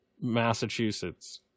Massachusetts